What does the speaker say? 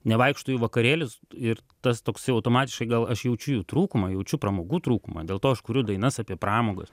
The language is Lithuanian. nevaikštau į vakarėlius ir tas toks jau automatiškai gal aš jaučiu jų trūkumą jaučiu pramogų trūkumą dėl to aš kuriu dainas apie pramogas